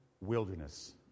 wilderness